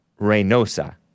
Reynosa